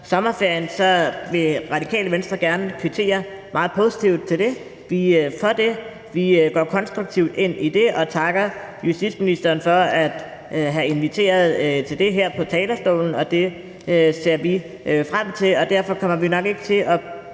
sommerferien, så vil Radikale Venstre gerne kvittere meget positivt for det. Vi går konstruktivt ind i det og takker justitsministeren for fra talerstolen at have inviteret til det her, og det ser vi frem til. Derfor kommer vi nok ikke til at